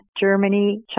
Germany